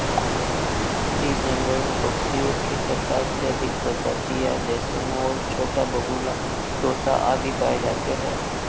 इस जंगल में पक्षियों की पचास से अधिक प्रजातियाँ जैसे मोर छोटा बगुला तोता आदि पाए जाते हैं